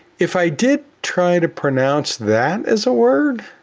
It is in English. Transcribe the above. if i did try to pronounce that as a word.